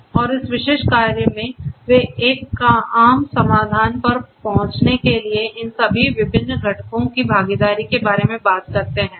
और इस विशेष कार्य में वे एक आम समाधान पर पहुंचने के लिए इन सभी विभिन्न घटकों की भागीदारी के बारे में बात करते हैं